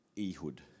Ehud